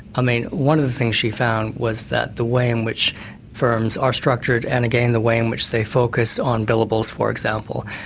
i mean one of the things she found was that the way in which firms are structured, and again the way in which they focus on billables, for example,